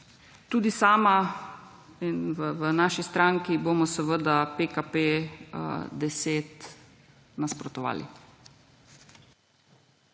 tudi sama in v naši stranki, bomo seveda PKP-10 nasprotovali.